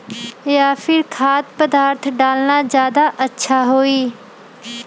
या फिर खाद्य पदार्थ डालना ज्यादा अच्छा होई?